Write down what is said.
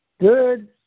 Good